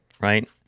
right